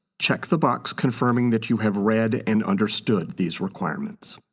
check the box confirming that you have read and understood these requirements.